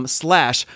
slash